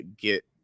get